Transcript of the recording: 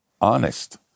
Honest